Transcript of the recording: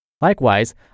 Likewise